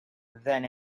than